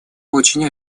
очень